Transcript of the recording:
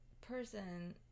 person